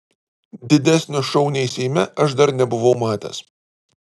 didesnio šou nei seime aš dar nebuvau matęs